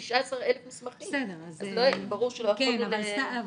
16,000 מסמכים אז ברור שלא יכולנו ל --- בסדר,